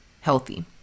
healthy